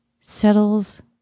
settles